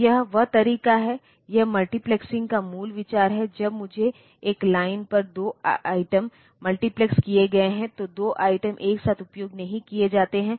तो यह वह तरीका है यह मल्टीप्लेक्सिंग का मूल विचार है जब मुझे एक लाइन पर 2 आइटम मल्टीप्लेक्स किए गए हैं तो 2 आइटम एक साथ उपयोग नहीं किए जाते हैं